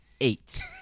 eight